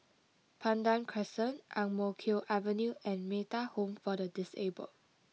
Pandan Crescent Ang Mo Kio Avenue and Metta Home for the disabled